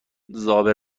زابه